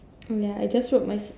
ya I just wrote my